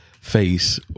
face